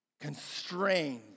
constrained